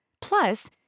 Plus